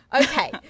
okay